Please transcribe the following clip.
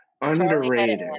Underrated